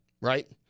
Right